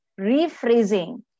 rephrasing